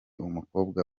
umukobwa